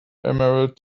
emerald